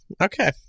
Okay